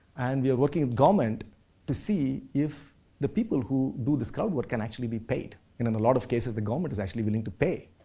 and we are working with government to see if the people who this crowd work can actually be paid. in and a lot of cases, the government is actually willing to pay